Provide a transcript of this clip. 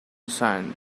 sand